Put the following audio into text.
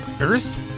earth